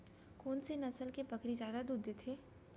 कोन से नस्ल के बकरी जादा दूध देथे